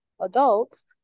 adults